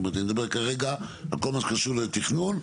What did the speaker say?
אני מדבר כרגע על כל מה שקשור לתכנון,